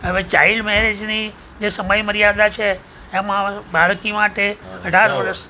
હવે ચાઇલ્ડ મેરેજની જે સમય મર્યાદા છે તેમાં બાળકી માટે અઢાર વર્ષ